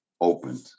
opened